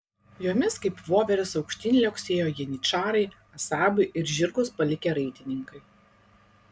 jomis kaip voverės aukštyn liuoksėjo janyčarai asabai ir žirgus palikę raitininkai